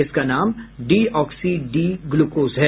इसका नाम deoxy D glucose है